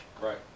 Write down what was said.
Right